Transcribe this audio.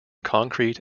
concrete